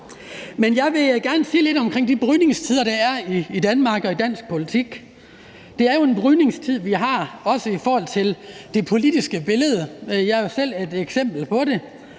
Men jeg vil gerne sige lidt om de brydningstider, der er i Danmark og i dansk politik. Det er jo en brydningstid i forhold til det politiske billede. Jeg er selv et eksempel på det.